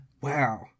wow